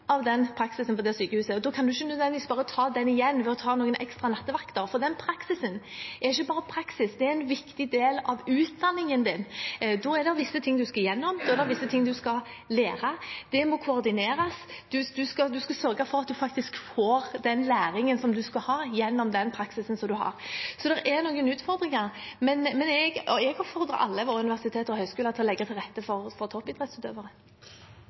praksisen på det sykehuset, og da kan en ikke nødvendigvis bare ta den igjen ved å ta noen ekstra nattevakter, for den praksisen er ikke bare praksis, det er en viktig del av utdanningen. Da er det visse ting en skal gjennom, da er det visse ting en skal lære, det må koordineres, en skal sørge for at en faktisk får den læringen som en skal ha, gjennom den praksisen som en har. Så det er noen utfordringer. Men jeg oppfordrer alle våre universiteter og høyskoler til å legge til rette for